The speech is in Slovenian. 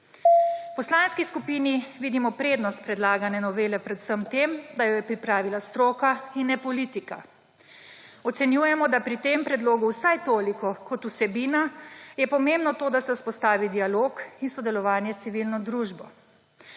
V poslanski skupini vidimo prednost predlagane novele predvsem v tem, da jo je pripravila stroka in ne politika. Ocenjujemo, da pri tem predlogu je vsaj toliko kot vsebina pomembno to, da se vzpostavi dialog in sodelovanje s civilno družbo.